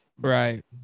right